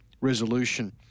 resolution